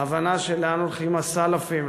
ההבנה לאן הולכים הסלפים,